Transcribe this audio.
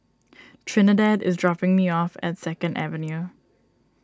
Trinidad is dropping me off at Second Avenue